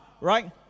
right